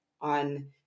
on